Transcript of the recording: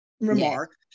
remark